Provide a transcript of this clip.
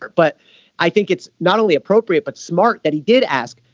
but i think it's not only appropriate but smart that he did ask.